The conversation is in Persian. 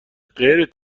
غیر